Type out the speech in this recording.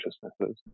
consciousnesses